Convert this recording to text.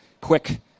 quick